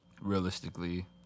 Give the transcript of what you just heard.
Realistically